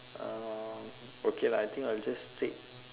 um okay lah I think I'll just take